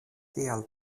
tial